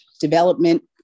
development